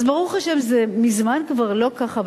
אז ברוך השם זה מזמן כבר לא ככה,